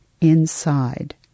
inside